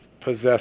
possess